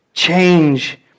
Change